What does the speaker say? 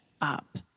up